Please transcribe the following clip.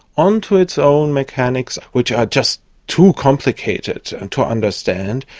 onto its own mechanics which are just too complicated and to understand,